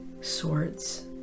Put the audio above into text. sorts